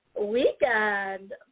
weekend